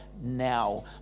now